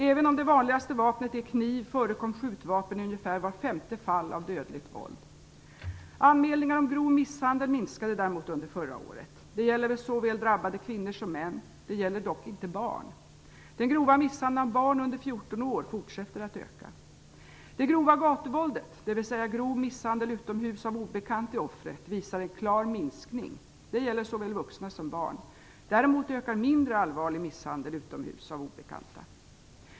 Även om det vanligaste vapnet är kniv förekom skjutvapen i ungefär vart femte fall av dödligt våld. Anmälningarna om grov misshandel minskade däremot under förra året. Det gäller såväl drabbade kvinnor som män. Det gäller dock inte barn. Den grova misshandeln av barn under 14 år fortsätter att öka. Det grova gatuvåldet, dvs. grov misshandel utomhus utförd av någon obekant till offret, visar en klar minskning. Det gäller såväl vuxna som barn. Däremot ökar mindre allvarlig misshandel utomhus av obekanta.